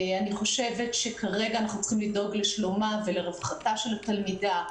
כרגע אנחנו צריכים לדאוג לשלומה ולרווחתה של התלמידה,